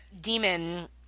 demon